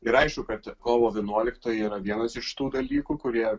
ir aišku kad kovo vienuoliktoji yra vienas iš tų dalykų kurie